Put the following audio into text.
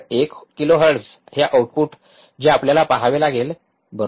एक किलोहर्ट्झ हे आऊटपुट आहे जे आपल्याला पहावे लागेल बरोबर